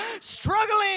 struggling